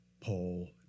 Paul